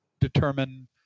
determine